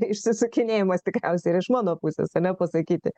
išsisukinėjimas tikriausiai ir iš mano pusės ane pasakyti